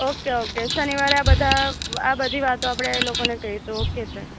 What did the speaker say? okay okay શનિવારે આ બધા આ બધી વાતો આપણે એ લોકોને કહીશું ઓકે સર